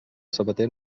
sabater